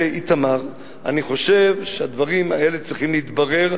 באיתמר, אני חושב שהדברים האלה צריכים להתברר.